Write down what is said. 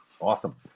Awesome